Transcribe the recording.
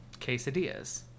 Quesadillas